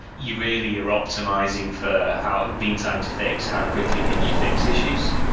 you really are optimizing for how meantime to fix, how quickly can you fix issues